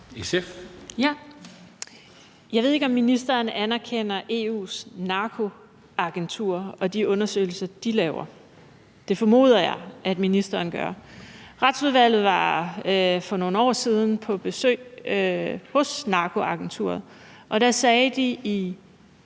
Jeg ved ikke, om ministeren anerkender EU's narkoagentur og de undersøgelser, de laver; det formoder jeg at ministeren gør. Retsudvalget var for nogle år siden på besøg hos narkoagenturet, og der sagde de,